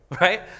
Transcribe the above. right